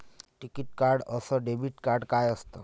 टिकीत कार्ड अस debit card काय असत?